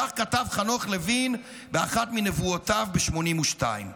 כך כתב חנוך לוין באחת מנבואותיו ב-1982.